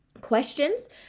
questions